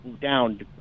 down